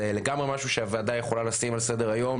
זה לגמרי משהו שהוועדה יכולה לשים על סדר היום,